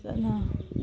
ꯐꯖꯅ